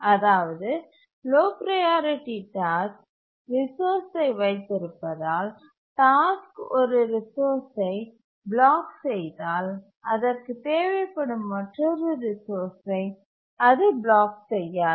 அதாவது low priority task ரிசோர்ஸ்சை வைத்திருப்பதால் டாஸ்க் ஒரு ரிசோர்ஸ்சை பிளாக் செய்தால் அதற்கு தேவைப்படும் மற்றொரு ரிசோர்ஸ்சை அது பிளாக் செய்யாது